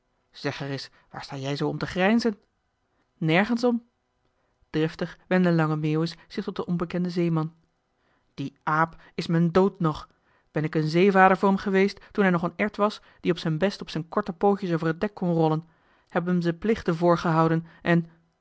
zeg ereis waar sta jij zoo om te grijnzen joh h been paddeltje de scheepsjongen van michiel de ruijter nergens om driftig wendde lange meeuwis zich tot den onbekenden zeeman die aap is m'n dood nog ben ik een zeevader voor m geweest toen hij nog een erwt was die op zijn best op z'n korte pootjes over t dek kon rollen heb m z'n plichten voorgehouden en